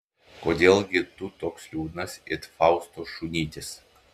kodėl gi tu toks liūdnas it fausto šunytis